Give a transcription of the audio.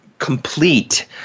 Complete